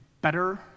better